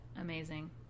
Amazing